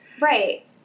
Right